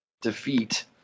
defeat